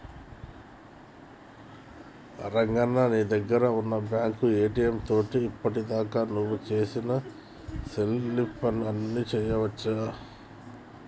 రంగన్న నీ దగ్గర ఉన్న బ్యాంకు ఏటీఎం తోటి ఇప్పటిదాకా నువ్వు సేసిన సెల్లింపులు అన్ని తెలుసుకోవచ్చు